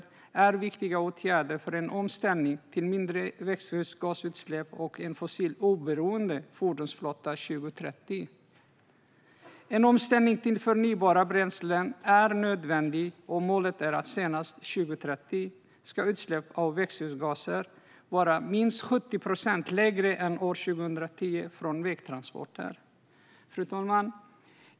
Detta är viktiga åtgärder för en omställning till mindre växthusgasutsläpp och en fossiloberoende fordonsflotta 2030. En omställning till förnybara bränslen är nödvändig, och målet är att utsläpp av växthusgaser från vägtransporter senast 2030 ska vara minst 70 procent lägre än 2010. Fru talman!